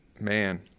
man